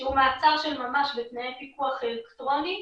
שהוא מעצר של ממש בתנאי פיקוח אלקטרוני,